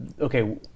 okay